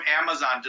Amazon